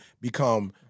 become